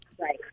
Right